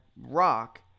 rock